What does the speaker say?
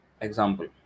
example